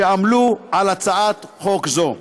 שעמלו על הצעת חוק זו.